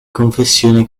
confessione